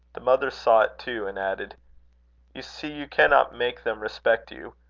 the mother saw it too, and added you see you cannot make them respect you.